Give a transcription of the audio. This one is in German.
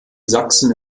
sachsen